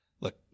look